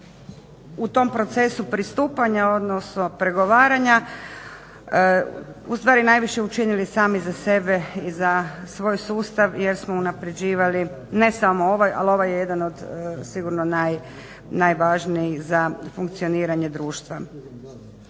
u tom procesu pristupanja, odnosno pregovaranja ustvari najviše učinili sami za sebe i za svoj sustav, jer smo unaprjeđivali ne samo ovaj, ali ovaj je jedan od sigurno najvažnijih za funkcioniranje društva.